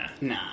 Nah